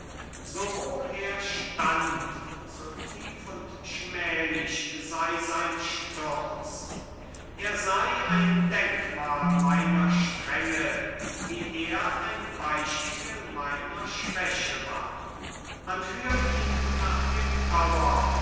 so hoch stand er so tief und schmählich sei sein sturz er sei ein denkmal meiner strenge wie er ein beispiel meiner schwäche war man führ ihn nach dem tower